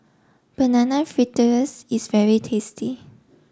Banana Fritters is very tasty